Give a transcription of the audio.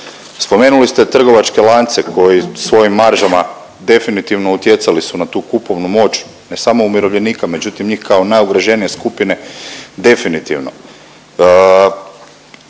Spomenuli ste trgovačke lance koji svojim maržama definitivno utjecali su na tu kupovnu moć, ne samo umirovljenika, međutim njih kao najugroženije skupine definitivno.